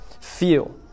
feel